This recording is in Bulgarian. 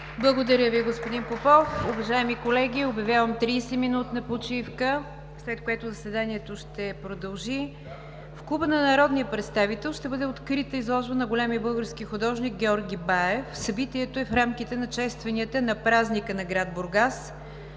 Благодаря Ви, господин Попов. Уважаеми колеги, обявявам тридесет минути почивка, след което заседанието ще продължи. В клуба на народния представител ще бъде открита изложба на големия български художник Георги Баев. Събитието е в рамките на честванията на празника на град Бургас.